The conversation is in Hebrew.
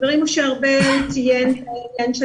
חברי משה ארבל ציין את העניין של